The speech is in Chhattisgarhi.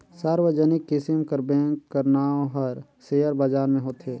सार्वजनिक किसिम कर बेंक कर नांव हर सेयर बजार में होथे